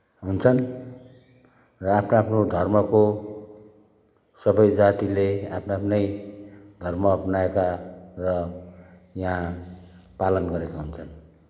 हुन्छन् र आफ्नो आफ्नो धर्मको सबै जातिले आफ्नो आफ्नै धर्म अप्नाएका र यहाँ पालन गरेका हुन्छन्